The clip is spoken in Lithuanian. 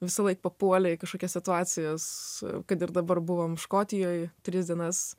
visąlaik papuoli į kažkokias situacijas kad ir dabar buvom škotijoj tris dienas